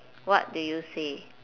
what do you say